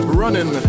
running